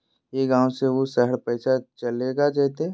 ई गांव से ऊ शहर पैसा चलेगा जयते?